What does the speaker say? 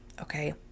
okay